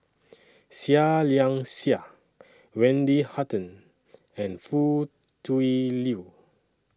Seah Liang Seah Wendy Hutton and Foo Tui Liew